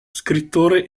scrittore